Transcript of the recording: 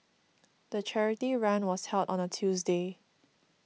the charity run was held on a Tuesday